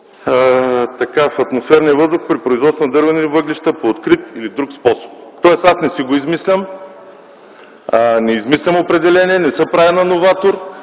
„В атмосферния въздух при производство на дървени въглища по открит или друг способ”. Тоест, аз не си го измислям, не измислям определения, не се правя на новатор,